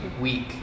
week